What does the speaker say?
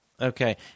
Okay